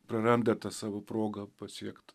praranda tą savo progą pasiekt